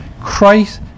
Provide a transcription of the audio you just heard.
Christ